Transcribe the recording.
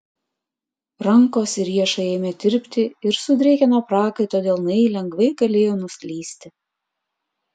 rankos ir riešai ėmė tirpti ir sudrėkę nuo prakaito delnai lengvai galėjo nuslysti